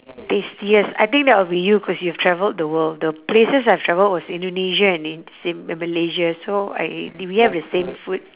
tastiest I think that would be you cause you've travelled the world the places I've travelled was indonesia and in~ sin~ uh malaysia so I do we have the same food